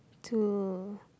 to